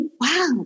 wow